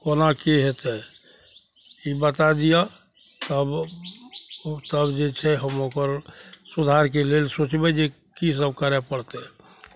कोना कि हेतै ई बतै दिअऽ तबमे जे छै हम ओकर सुधारके लेल सोचबै जे कि सब करै पड़तै